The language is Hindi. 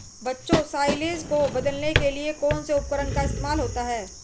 बच्चों साइलेज को बदलने के लिए कौन से उपकरण का इस्तेमाल होता है?